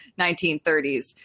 1930s